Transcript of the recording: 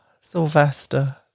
Sylvester